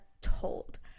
Told